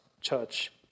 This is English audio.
Church